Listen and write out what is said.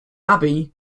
abbey